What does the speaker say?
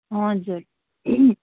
हजुर